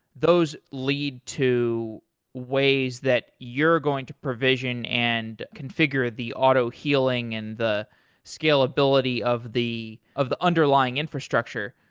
those lead to ways that you're going to provision and configure the auto healing and the scalability of the of the underlying infrastructure.